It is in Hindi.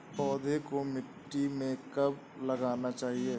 पौधें को मिट्टी में कब लगाना चाहिए?